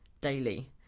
daily